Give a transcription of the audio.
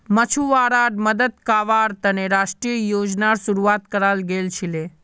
मछुवाराड मदद कावार तने राष्ट्रीय योजनार शुरुआत कराल गेल छीले